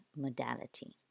modality